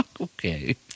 okay